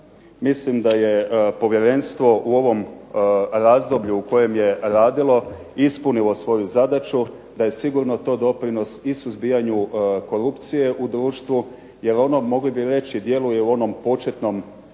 mislim da je povjerenstvo u ovom razdoblju u kojem je radilo ispunilo svoju zadaću, i da je to doprinos i suzbijanju korupcije u društvu jer ono mogli bi reći djeluje u početnom dijelu